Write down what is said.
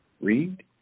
Read